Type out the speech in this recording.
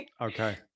Okay